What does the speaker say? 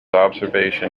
observation